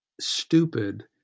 stupid